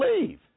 Leave